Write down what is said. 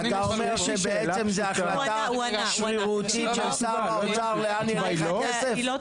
אתה אומר שזו החלטה שרירותית של שר האוצר לאן ילך הכסף.